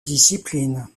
discipline